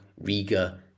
Riga